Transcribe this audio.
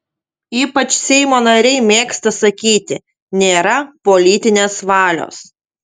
ypač seimo nariai mėgsta sakyti nėra politinės valios